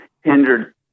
hindered